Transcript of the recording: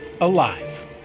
alive